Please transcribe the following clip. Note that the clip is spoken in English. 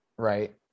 Right